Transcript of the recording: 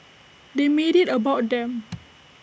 they made IT about them